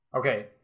Okay